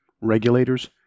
regulators